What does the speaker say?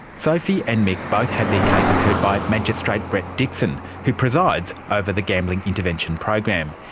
sophie and mick both had their cases heard by magistrate brett dixon who presides over the gambling intervention program.